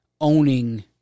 owning